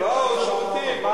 לא, בשירותים.